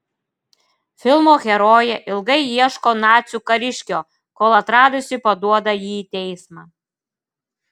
filmo herojė ilgai ieško nacių kariškio kol atradusi paduoda jį į teismą